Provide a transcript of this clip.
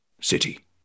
city